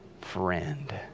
friend